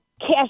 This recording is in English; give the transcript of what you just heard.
cash